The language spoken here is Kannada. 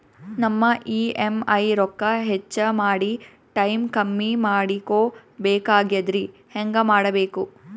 ನಮ್ಮ ಇ.ಎಂ.ಐ ರೊಕ್ಕ ಹೆಚ್ಚ ಮಾಡಿ ಟೈಮ್ ಕಮ್ಮಿ ಮಾಡಿಕೊ ಬೆಕಾಗ್ಯದ್ರಿ ಹೆಂಗ ಮಾಡಬೇಕು?